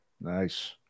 nice